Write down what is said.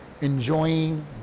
enjoying